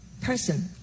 person